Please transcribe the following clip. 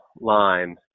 line